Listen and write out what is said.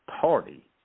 Party